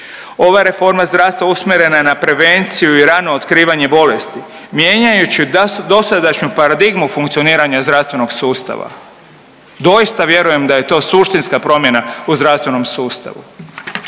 Ova reforma zdravstva usmjerena je na prevenciju i rano otkrivanje bolesti mijenjajući dosadašnju paradigmu funkcioniranja zdravstvenog sustava. Doista vjerujem da je to suštinska promjena u zdravstvenom sustavu.